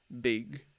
big